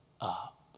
up